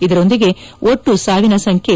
ಇದರೊಂದಿಗೆ ಒಟ್ಟು ಸಾವಿನ ಸಂಖ್ಯೆ